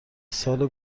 سال